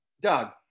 Doug